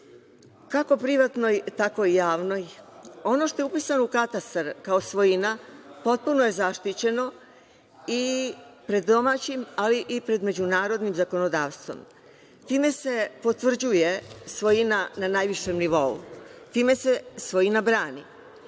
kako privatnoj, tako i javnoj. Ono što je upisano u katastar, kao svojina, potpuno je zaštićeno i pred domaćim, ali i pred međunarodnim zakonodavstvom. Time se potvrđuje svojina na najvišem nivou, time se svojina brani. Koliko